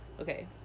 Okay